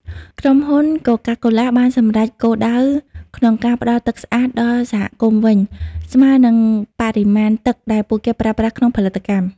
ក្រុមហ៊ុន កូកាកូឡា បានសម្រេចគោលដៅក្នុងការផ្តល់ទឹកស្អាតដល់សហគមន៍វិញ ស្មើនឹងបរិមាណទឹកដែលពួកគេប្រើប្រាស់ក្នុងផលិតកម្ម។